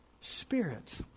spirit